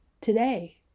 today